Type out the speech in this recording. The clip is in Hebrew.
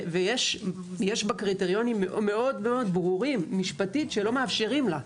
ויש בה קריטריונים מאוד מאוד ברורים משפטית שלא מאפשרים לה.